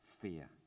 fear